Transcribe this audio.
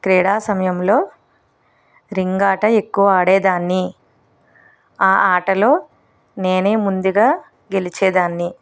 క్రీడా సమయంలో రింగ్ ఆట ఎక్కువ ఆడేదాన్ని ఆ ఆటలో నేను ముందుగా గెలిచేదాన్ని